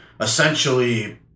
Essentially